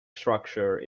structure